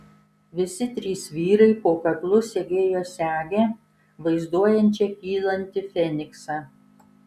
visi trys vyrai po kaklu segėjo segę vaizduojančią kylantį feniksą